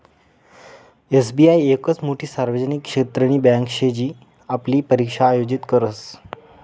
SBI येकच मोठी सार्वजनिक क्षेत्रनी बँके शे जी आपली परीक्षा आयोजित करस